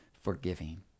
forgiving